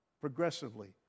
progressively